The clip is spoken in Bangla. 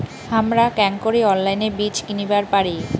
হামরা কেঙকরি অনলাইনে বীজ কিনিবার পারি?